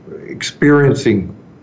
experiencing